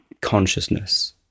consciousness